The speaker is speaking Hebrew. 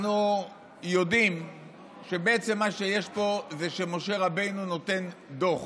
אנחנו יודעים שבעצם מה שיש פה זה שמשה רבנו נותן דוח.